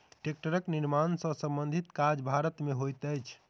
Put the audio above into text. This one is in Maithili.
टेक्टरक निर्माण सॅ संबंधित काज भारत मे होइत अछि